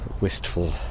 Wistful